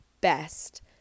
best